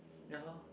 ya lor